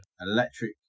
Electric